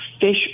Fish